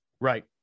Right